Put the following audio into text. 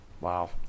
wow